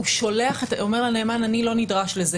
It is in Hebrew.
הוא אומר לממונה שהוא לא נדרש לזה.